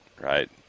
right